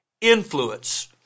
influence